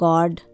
God